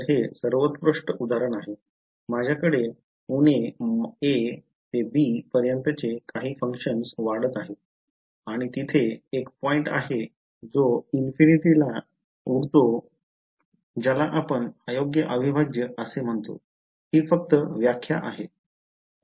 तर हे सर्वोत्कृष्ट उदाहरण आहे माझ्याकडे उणे a ते b पर्यंतचे काही फंक्शन वाढत आहे आणि तिथे एक पॉईंट आहे जो इन्फिनिटी ला उडतो ज्याला आपण अयोग्य अविभाज्य असे म्हणतो ही फक्त व्याख्या आहे